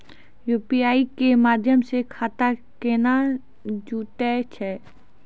UPI के माध्यम से खाता केना जुटैय छै?